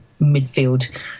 midfield